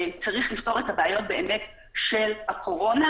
שצריך לפתור את הבעיות של הקורונה,